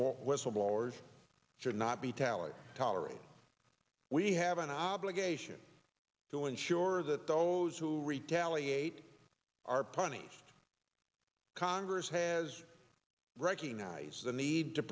whistleblowers should not be tallied tolerated we have an obligation to ensure that those who retaliate are punished congress has recognized the need to